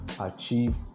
achieve